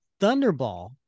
thunderball